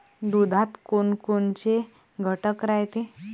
दुधात कोनकोनचे घटक रायते?